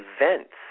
events